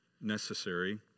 necessary